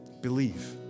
believe